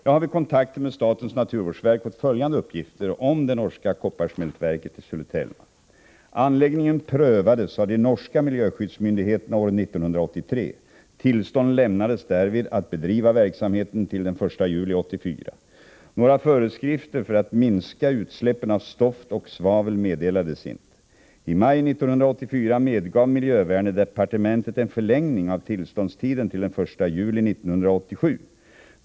Jag har vid kontakter med statens naturvårdsverk fått följande uppgifter om det norska kopparsmältverket i Sulitjelma. Anläggningen prövades av de norska miljöskyddsmyndigheterna år 1983. Tillstånd lämnades därvid att bedriva verksamheten till den 1 juli 1984. Några föreskrifter för att minska utsläppen av stoft och svavel meddelades inte. I maj 1984 medgav miljöverndepartementet en förlängning av tillståndstiden till den 1 juli 1987.